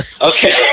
Okay